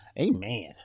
Amen